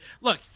look